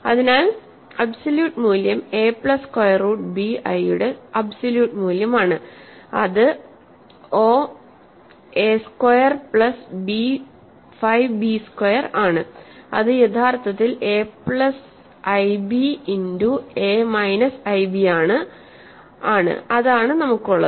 അതിനാൽ അബ്സോല്യൂട്ട് മൂല്യം A plus square root B I യുടെ അബ്സോല്യൂട്ട് മൂല്യമാണ് അത് A square plus 5 B square ആണ് ഇത് യഥാർത്ഥത്തിൽ A plus IB into A minus IB ആണ് അതാണ് നമുക്കുള്ളത്